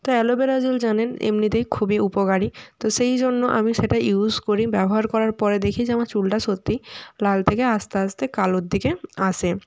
তো অ্যালোবেরা জেল জানেন এমনিতেই খুবই উপকারী তো সেই জন্য আমি সেটা ইউস করি ব্যবহার করার পরে দেখি যে আমার চুলটা সত্যি লাল থেকে আস্তে আস্তে কালোর দিকে আসে